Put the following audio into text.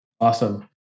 Awesome